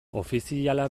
ofiziala